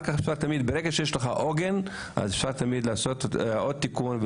ברגע שיש לך עוגן, אפשר תמיד להוסיף עוד תיקון.